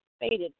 faded